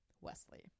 Wesley